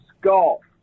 golf